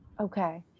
Okay